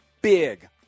Big